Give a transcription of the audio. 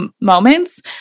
moments